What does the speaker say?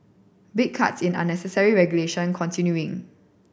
big cuts in unnecessary regulation continuing